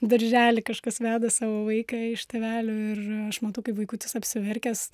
į darželį kažkas veda savo vaiką iš tėvelių ir aš matau kaip vaikutis apsiverkęs